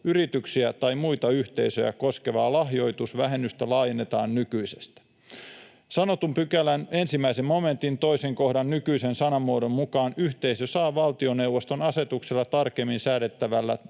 yrityksiä tai muita yhteisöjä koskevaa lahjoitusvähennystä laajennetaan nykyisestä. Sanotun pykälän 1 momentin 2 kohdan nykyisen sanamuodon mukaan yhteisö saa valtioneuvoston asetuksella tarkemmin säädettävällä